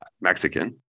Mexican